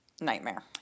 nightmare